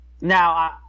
now